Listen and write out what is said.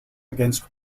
against